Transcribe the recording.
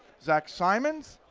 zach simons,